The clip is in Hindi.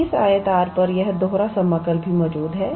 इस आयत R पर यह दोहरा समाकल भी मौजूद है